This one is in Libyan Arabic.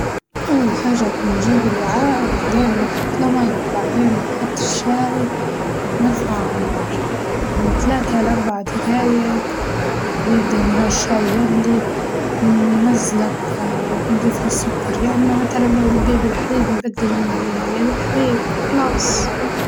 أول حاجة بنجيب الوعاء وبعدين بنحطله مية وبعدين بنحط الشاي وبنرفعه ع النار، من تلاتة لأربع دقايق بيبدا اللي هو الشاي يغلي، بنزله بقى وبنضيفله السكر يا إما متلاً إذا نبيه بالحليب نبدل المية بالمية بالحليب وخلاص.